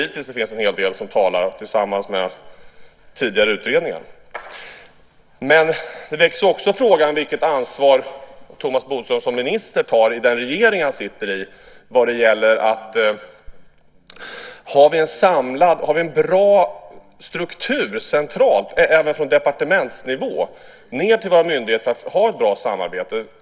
Hittills finns det, tycker jag tillsammans med tidigare utredningar, en hel del som talar för det. Det väcks också en fråga om vilket ansvar Thomas Bodström som minister tar i den regering han sitter i vad gäller frågan: Har vi en bra struktur centralt, från departementsnivå, för att myndigheterna ska kunna ha ett bra samarbete?